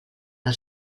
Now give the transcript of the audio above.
del